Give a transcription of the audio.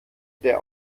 der